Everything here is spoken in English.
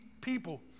people